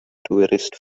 tourist